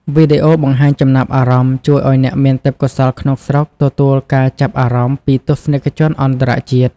វីដេអូបង្ហាញចំណាប់អារម្មណ៍ជួយឱ្យអ្នកមានទេពកោសល្យក្នុងស្រុក ទទួលការចាប់អារម្មណ៍ពីទស្សនិកជនអន្តរជាតិ។